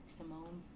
Simone